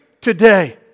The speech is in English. today